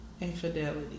Infidelity